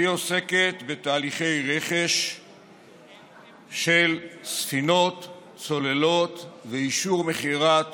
והיא עוסקת בתהליכי רכש של ספינות וצוללות ואישור מכירת